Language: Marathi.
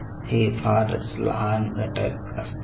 हे फारच लहान घटक असतात